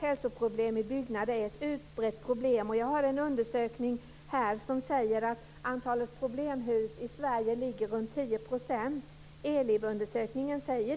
Hälsoproblemen i byggnader är utbredda. Jag har en undersökning här, ELIB-undersökningen, som säger att antalet problemhus i Sverige ligger runt 10 %.